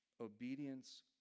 obedience